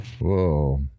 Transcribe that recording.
Whoa